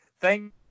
Thank